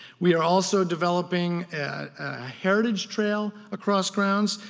we are also developing a heritage trail across grounds.